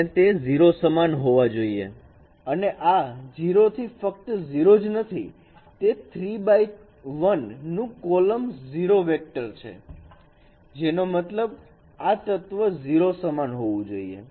અને તે 0 સમાન હોવા જોઈએ અને આ 0 ફક્ત 0 જ નથી તે 3 x 1 નું 0 કોલમ વેક્ટર છે જેનો મતલબ આ તત્વ 0 સમાન હોવું જોઈએ